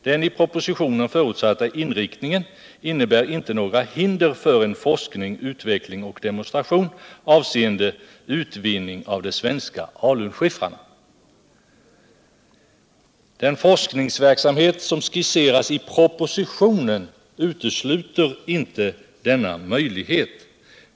Den i propositionen förutsatta inriktningen innebär inte några hinder för en forskning, utveckling och demonstration avseende utvinning ur de svenska alunskiffrarna.” Den forskningsverksamhet som skisseras i propositionen utesluter inte denna möjlighet.